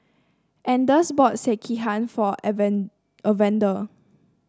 Anders bought Sekihan for Evander